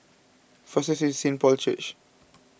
fastest Saint Paul's Church